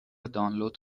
دانلود